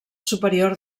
superior